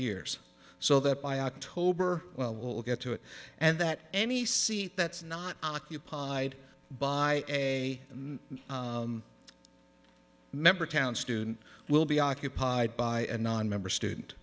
years so that by october well will get to it and that any seat that's not occupied by a member town student will be occupied by a nonmember student